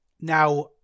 Now